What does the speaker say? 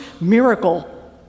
miracle